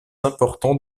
importants